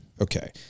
Okay